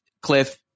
Cliff